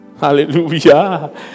Hallelujah